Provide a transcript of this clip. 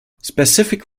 specific